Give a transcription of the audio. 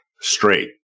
straight